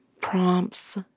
prompts